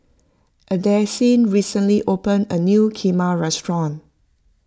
Addisyn recently opened a new Kheema restaurant